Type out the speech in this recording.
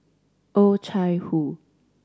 Oh Chai Hoo